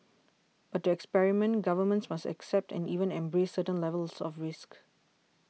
experiment governments must accept and even embrace certain levels of risk